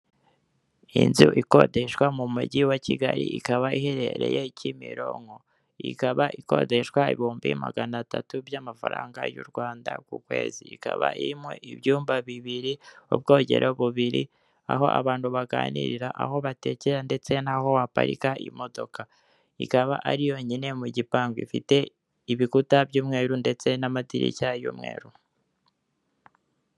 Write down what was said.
Inzu ikodeshwa mu mujyi wa Kigali ikaba iherereye kimironko, ikaba ikodeshwa ibihumbi magana atatu by'amafaranga y'uRwanda ku kwezi, ikaba irimo ibyumba bibiri, ubwogero bubiri, aho abantu baganirira, aho batekera ndetse n'aho waparika imodoka. Ikaba ari yonyine mu gipangu, ifite ibikuta by'umweru ndetse n'amadirishya y'umweru.